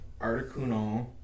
Articuno